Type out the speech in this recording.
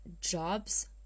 jobs